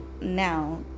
now